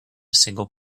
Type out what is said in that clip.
single